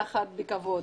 הכרה בכפרים הללו,